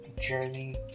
journey